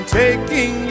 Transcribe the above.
taking